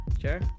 Sure